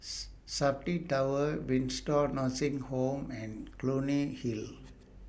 Safti Tower Nursing Home and Clunny Hill